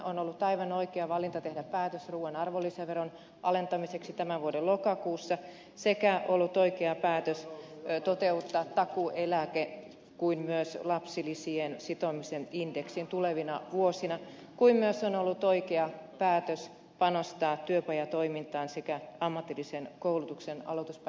on ollut aivan oikea valinta tehdä päätös ruuan arvonlisäveron alentamisesta tämän vuoden lokakuussa sekä ollut oikea päätös toteuttaa niin takuueläke kuin myös lapsilisien sitominen indeksiin tulevina vuosina ja myös on ollut oikea päätös panostaa työpajatoimintaan sekä ammatillisen koulutuksen aloituspaikkojen lisäämiseen